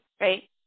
right